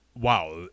wow